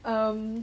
um